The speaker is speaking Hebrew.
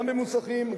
גם במוסכים,